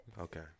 Okay